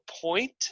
point